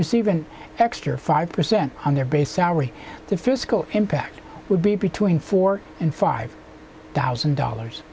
receive an extra five percent on their base salary the fiscal impact would be between four and five thousand dollars